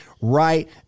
right